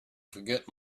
forget